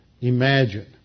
imagine